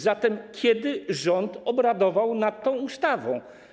Zatem kiedy rząd obradował nad tą ustawą?